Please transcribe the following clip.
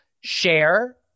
Share